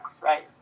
right